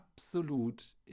absolut